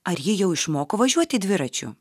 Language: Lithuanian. ar ji jau išmoko važiuoti dviračiu